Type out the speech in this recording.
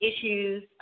issues